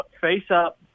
face-up